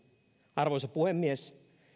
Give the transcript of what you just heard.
arvoisa puhemies